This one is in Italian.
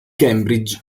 cambridge